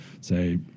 say